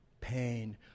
pain